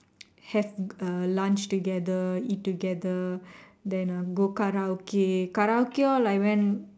have uh lunch together eat together then uh go Karaoke Karaoke all I went